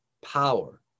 power